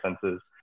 senses